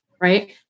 right